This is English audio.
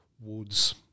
woods